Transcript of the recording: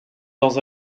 dans